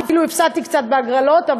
אפילו הפסדתי קצת בהגרלות,